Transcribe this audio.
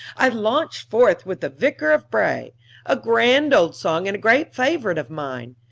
i launched forth with the vicar of bray a grand old song and a great favorite of mine.